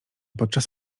podczas